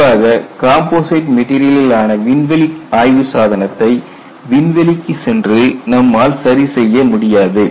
குறிப்பாக கம்போசிட் மெட்டீரியலினால் ஆன விண்வெளி ஆய்வு சாதனத்தை விண்வெளிக்குச் சென்று நம்மால் சரிசெய்ய முடியாது